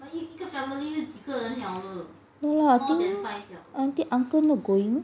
ya lah I think I think uncle not going